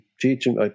teaching